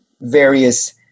various